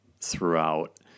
throughout